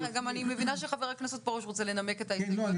אני מבינה שגם חבר הכנסת פרוש רוצה לנמק --- מי נשמע.